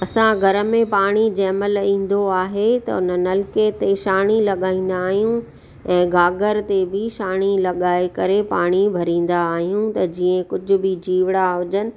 असां घर में पाणी जंहिं महिल ईंदो आहे त हुन नलके ते छाइणी लॻाईंदा आहियूं ऐं घाघर ते बि छाइणी लॻाए करे पाणी भरींदा आहियूं त जीअं कुझु बि जीवड़ा हुजनि